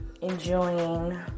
enjoying